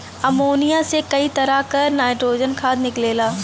ammonia से कई तरह क नाइट्रोजन खाद निकलेला